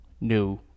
new